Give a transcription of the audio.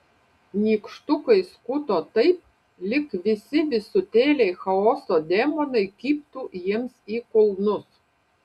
nykštukai skuto taip lyg visi visutėliai chaoso demonai kibtų jiems į kulnus